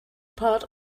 part